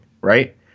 right